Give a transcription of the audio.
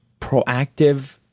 proactive